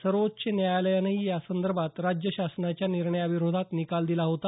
सर्वोच्च न्यायालयानंही या संदर्भात राज्य शासनाच्या निर्णयाविरोधात निकाल दिला होता